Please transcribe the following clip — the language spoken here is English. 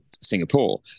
Singapore